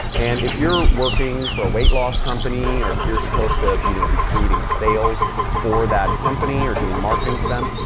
and if you're working for a weight loss company or if you're supposed to you know be creating sales for that company or doing marketing for them,